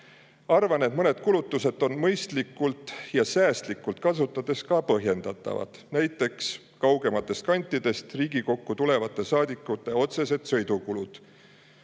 Arvan, et mõned kulutused on mõistlikult ja säästlikult kasutades ka põhjendatavad. Näiteks kaugematest kantidest Riigikokku tulevate saadikute otsesed sõidukulud.